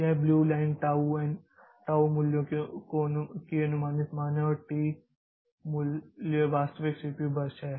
यह blue line tau मूल्यों की अनुमानित मान है और टी मूल्य वास्तविक सीपीयू बर्स्ट है